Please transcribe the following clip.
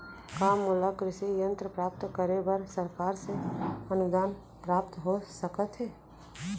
का मोला कृषि यंत्र प्राप्त करे बर सरकार से अनुदान प्राप्त हो सकत हे?